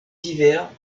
divers